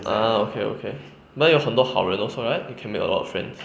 ah okay okay but 有很多好人 also right you can make a lot of friends